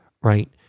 right